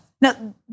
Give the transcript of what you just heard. Now